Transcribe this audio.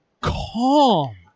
calm